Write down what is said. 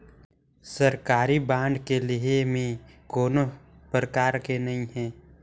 सरकारी बांड के लेहे में कोनो परकार के नइ हे